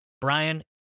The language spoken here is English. Brian